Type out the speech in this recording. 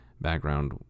background